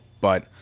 But-